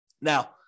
Now